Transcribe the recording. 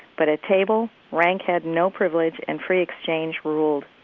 but at table, rank had no privilege and free exchange ruled.